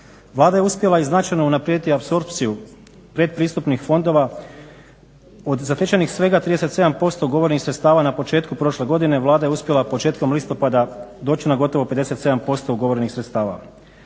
Vlada je uspjela i značajno unaprijediti apsorpciju pretpristupnih fondova od zatečenih svega 37% ugovorenih sredstava na početku prošle godine Vlada je uspjela početkom listopada doći na gotovo 57% ugovorenih sredstava.